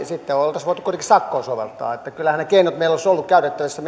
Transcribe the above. sitten oltaisiin voitu kuitenkin sakkoa soveltaa kyllähän ne keinot meillä olisivat olleet käytettävissä